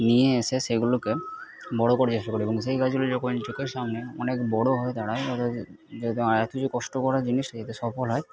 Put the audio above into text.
নিয়ে এসে সেগুলোকে বড়ো করার চেষ্টা করি এবং সেই গাছগুলি যখন চোখের সামনে অনেক বড়ো হয়ে দাঁড়ায় ওদের যে এত যে কষ্ট করা জিনিস এতে সফল হয়